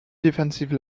defensive